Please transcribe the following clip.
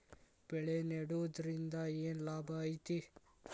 ಬೆಳೆ ನೆಡುದ್ರಿಂದ ಏನ್ ಲಾಭ ಐತಿ?